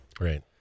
Right